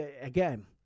again